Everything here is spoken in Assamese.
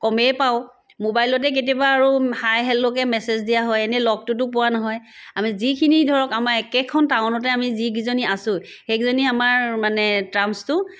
কমেই পাওঁ মোবাইলতে কেতিয়াবা আৰু হাই হেল্ল'কে মেছেজ দিয়া হয় এনে লগটোতো পোৱা নহয় আমি যিখিনি ধৰক আমাৰ একেইখন টাউনতে আমি যিকেইজনী আছো সেইকেইজনী আমাৰ মানে টাৰ্মছটো